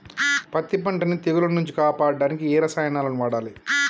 పత్తి పంటని తెగుల నుంచి కాపాడడానికి ఏ రసాయనాలను వాడాలి?